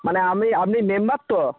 মানে আমি আপনি মেম্বার তো